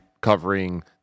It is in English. covering